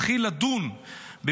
יתחיל לדון,